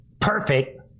perfect